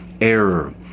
error